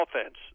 offense